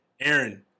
Aaron